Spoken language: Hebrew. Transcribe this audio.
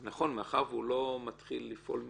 ונכון, מאחר שהוא לא מתחיל לפעול מיידית,